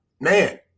man